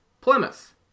Plymouth